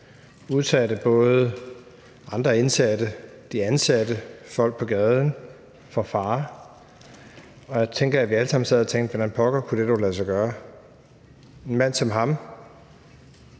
udsatte både andre indsatte, de ansatte og folk på gaden for fare. Jeg tænker, at vi alle sammen sad og tænkte, at hvordan pokker kunne det dog lade sig gøre. En mand som ham